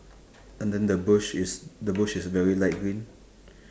and then the bush is the bush is very light green